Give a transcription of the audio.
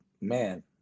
man